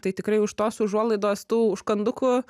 tai tikrai už tos užuolaidos tų užkandukų